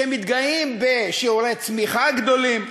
שמתגאים בשיעורי צמיחה גדולים: